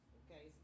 okay